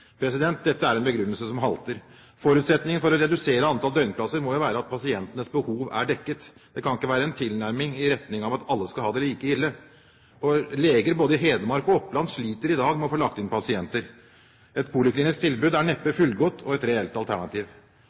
Dette er en begrunnelse som halter. Forutsetningen for å redusere antallet døgnplasser må jo være at pasientenes behov er dekket, det kan ikke være en tilnærming i retning av at alle skal ha det like ille. Leger i både Hedmark og Oppland sliter i dag med å få lagt inn pasienter. Et poliklinisk tilbud er neppe et fullgodt og reelt alternativ.